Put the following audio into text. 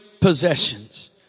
possessions